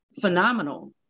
phenomenal